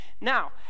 Now